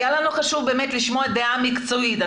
היה לנו חשוב באמת לשמוע דעה מקצועית.